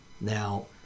now